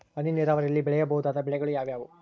ಹನಿ ನೇರಾವರಿಯಲ್ಲಿ ಬೆಳೆಯಬಹುದಾದ ಬೆಳೆಗಳು ಯಾವುವು?